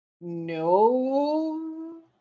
No